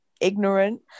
ignorant